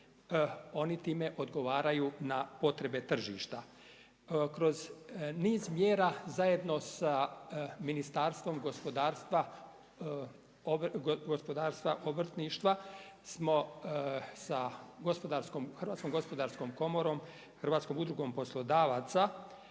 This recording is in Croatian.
Oni time odgovaraju na potrebe tržišta. Kroz niz mjera zajedno sa Ministarstvo gospodarstva, gospodarstva obrtništva smo sa HGK, Hrvatskom udrugom poslodavaca